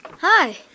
hi